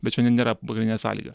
bet šiandien nėra pagrindinė sąlyga